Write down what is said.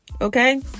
okay